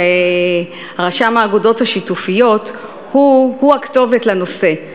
ורשם האגודות השיתופיות הוא הוא הכתובת לנושא.